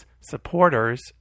supporters